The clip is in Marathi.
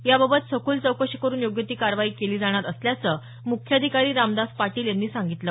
याबाबत सखोल चौकशी करून योग्य ती कारवाई केली जाणार असल्याचं मुख्याधिकारी रामदास पाटील यांनी सांगितलं